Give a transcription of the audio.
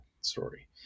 story